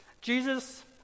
Jesus